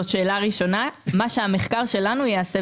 מה שהמחקר שלנו יעשה,